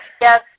Yes